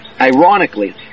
Ironically